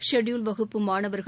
scheduled வகுப்பு மாணவர்கள்